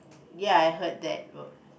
yaI heard that